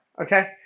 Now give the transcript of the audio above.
Okay